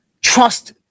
Trust